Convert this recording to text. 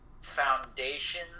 foundation